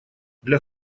для